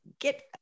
Get